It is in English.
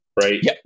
right